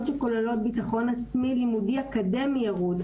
שכוללות ביטחון עצמי לימודי-אקדמי ירוד,